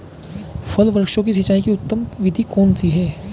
फल वृक्षों की सिंचाई की उत्तम विधि कौन सी है?